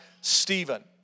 Stephen